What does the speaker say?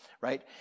right